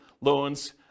loans